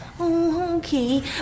okay